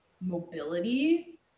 mobility